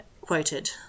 quoted